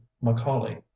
macaulay